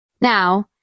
Now